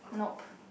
nope